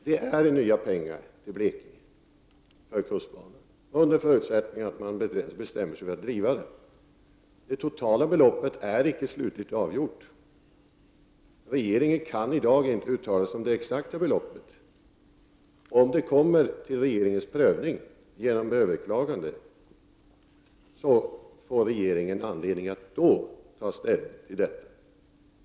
Det är nya pengar som Blekinge får för kustbanan under förutsättning att man bestämmer sig för att driva den. Det totala beloppet är inte slutligen avgjort. Regeringen kan i dag inte uttala sig om det exakta beloppet. Om saken kommer till regeringens prövning genom överklagande får regeringen anledning att då ta ställning till detta.